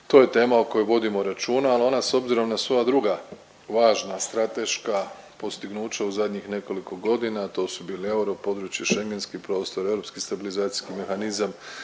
To je tema o kojoj vodimo računa, ali ona s obzirom na sva druga važna, strateška postignuća u zadnjih nekoliko godina, a to su bili euro područje, Schegenski prostor, europski stabilizacijski mehanizam,